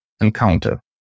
encounter